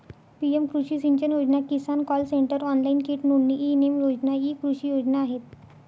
PM कृषी सिंचन योजना, किसान कॉल सेंटर, ऑनलाइन कीट नोंदणी, ई नेम योजना इ कृषी योजना आहेत